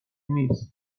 نیست